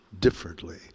differently